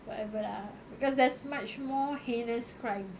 whatever lah because there's much more heinous crimes